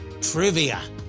trivia